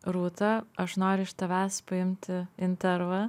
rūta aš noriu iš tavęs paimti intervą